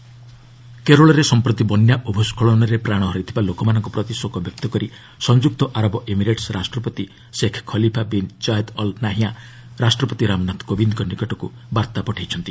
UAE Kerala କେରଳରେ ସମ୍ପ୍ରତି ସମ୍ପ୍ରତି ବନ୍ୟା ଓ ଭ୍ସ୍କଳନରେ ପ୍ରାଣହରାଇଥିବା ଲୋକମାନଙ୍କ ପ୍ରତି ଶୋକବ୍ୟକ୍ତ କରି ସଂଯୁକ୍ତ ଆରବ ଏମିରେଟସ୍ ରାଷ୍ଟ୍ରପତି Sheikh Khalifa bin Zayed Al Nahyan ରାଷ୍ଟ୍ରପତି ରାମନାଥ କୋବିନ୍ଦଙ୍କ ନିକଟକୁ ବାର୍ଭା ପଠାଇଛନ୍ତି